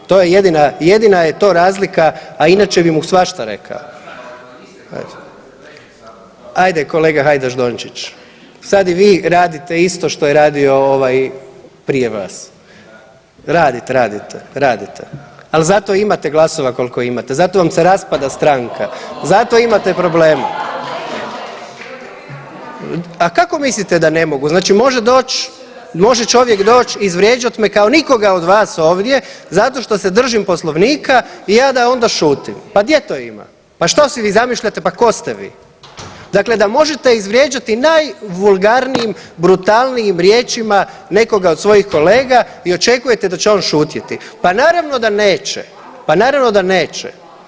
To je jedina, jedina je to razlika, a inače bi mu svašta rekao, eto. … [[Upadica iz klupe se ne razumije]] Ajde kolega Hajdaš Dončić, sad i vi radite isto što je radio ovaj prije vas. … [[Upadica iz klupe se ne razumije]] Radite, radite, radite, al zato imate glasova koliko imate, zato vam se raspada stranka, zato imate problema. … [[Upadica iz klupe se ne razumije]] A kako mislite da ne mogu, znači može doć, može čovjek doć izvrijeđat me kao nikoga od vas ovdje zato što se držim Poslovnika i ja da onda šutim, pa gdje to ima, pa što si vi zamišljate, pa tko ste vi, dakle da možete izvrijeđati najvulgarnijim i brutalnijim riječima nekoga od svojih kolega i očekujete da će on šutjeti, pa naravno da neće, pa naravno da neće.